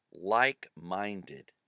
Like-Minded